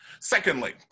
Secondly